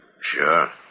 Sure